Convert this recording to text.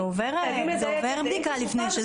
זה עובר בדיקה לפני שזה